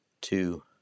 Two